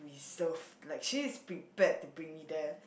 reserved like she is prepared to bring me there